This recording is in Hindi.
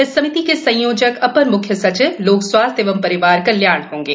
इस समिति के संयोजक अपर मुख्य सचिव लोक स्वास्थ्य एवं परिवार कल्याण होंगे